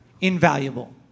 invaluable